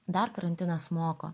dar karantinas moko